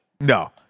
No